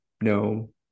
no